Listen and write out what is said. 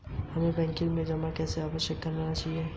हमें बैंक में जमा को बनाए रखने की आवश्यकता क्यों है?